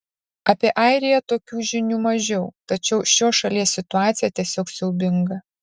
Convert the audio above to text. apie airiją tokių žinių mažiau tačiau šios šalies situacija tiesiog siaubinga